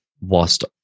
whilst